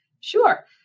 Sure